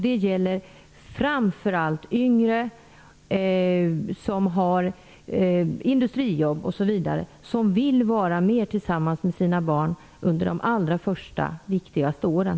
Det gäller framför allt yngre som har industrijobb och som vill vara tillsammans med sina barn under de allra första viktigaste åren.